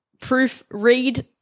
proofread